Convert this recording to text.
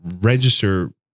register